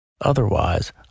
Otherwise